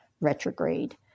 retrograde